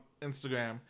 Instagram